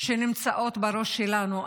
שנמצאות בראש שלנו.